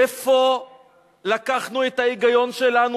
איפה לקחנו את ההיגיון שלנו?